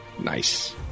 Nice